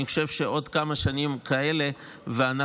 אני חושב שבעוד כמה שנים כאלה אנחנו